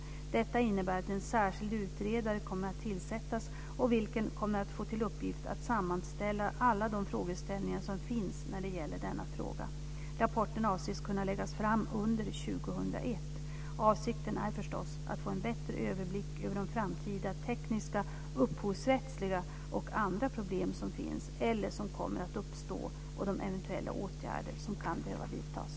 Detta innebär att en särskild utredare kommer att tillsättas, vilken kommer att få till uppgift att sammanställa alla de frågeställningar som finns när det gäller denna fråga. Rapporten avses kunna läggas fram under 2001. Avsikten är förstås att få en bättre överblick över de framtida tekniska, upphovsrättsliga och andra problem som finns eller som kommer att uppstå och de eventuella åtgärder som kan behöva vidtas.